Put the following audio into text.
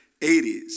80s